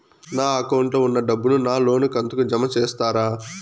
నా అకౌంట్ లో ఉన్న డబ్బును నా లోను కంతు కు జామ చేస్తారా?